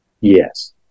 Yes